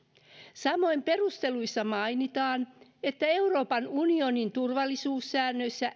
samoin perusteluissa mainitaan että euroopan unionin turvallisuussäännöissä